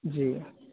جی